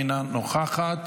אינה נוכחת.